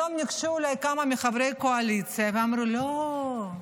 היום ניגשו אליי כמה מחברי קואליציה ואמרו לי: לא,